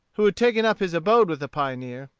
who had taken up his abode with the pioneer,